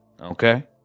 okay